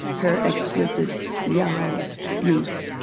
her exquisite yellow youth.